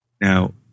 now